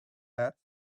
hat